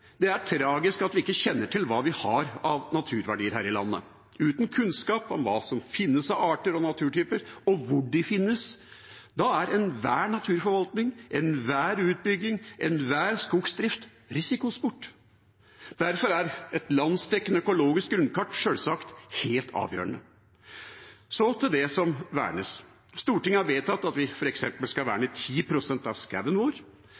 Det er tragisk at vi ikke kjenner til hva vi har av naturverdier her i landet. Uten kunnskap om hva som finnes av arter og naturtyper, og hvor de finnes, er enhver naturforvaltning, enhver utbygging og enhver skogsdrift risikosport. Derfor er et landsdekkende økologisk grunnkart sjølsagt helt avgjørende. Så til det som vernes. Stortinget har vedtatt at vi f.eks. skal verne 10 pst. av